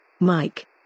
Mike